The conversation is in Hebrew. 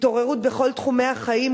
התעוררות בכל תחומי החיים,